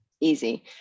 easy